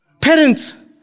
Parents